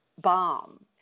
bomb